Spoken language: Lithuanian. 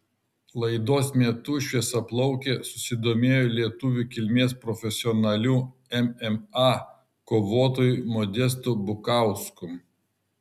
laidos metu šviesiaplaukė susidomėjo lietuvių kilmės profesionaliu mma kovotoju modestu bukausku